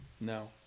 No